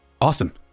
Awesome